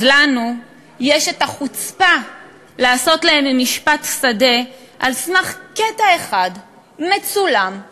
אז לנו יש את החוצפה לעשות להם משפט שדה על סמך קטע אחד מצולם,